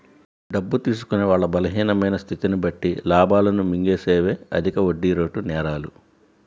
డబ్బు తీసుకునే వాళ్ళ బలహీనమైన స్థితిని బట్టి లాభాలను మింగేసేవే అధిక వడ్డీరేటు నేరాలు